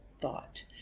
thought